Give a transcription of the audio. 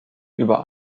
über